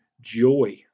joy